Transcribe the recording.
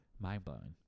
Mind-blowing